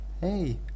hey